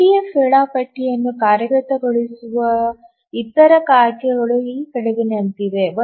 EDF ವೇಳಾಪಟ್ಟಿಯನ್ನು ಕಾರ್ಯಗತಗೊಳಿಸುವ ಇತರ ಆಯ್ಕೆಗಳು ಈ ಕೆಳಗಿನಂತಿವೆ